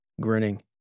grinning